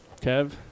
Kev